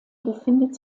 befindet